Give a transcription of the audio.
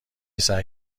سعی